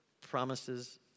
promises